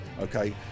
okay